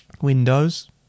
Windows